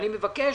אני מבקש